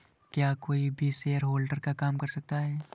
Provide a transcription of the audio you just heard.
क्या कोई भी शेयरहोल्डर का काम कर सकता है?